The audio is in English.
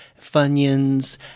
Funyuns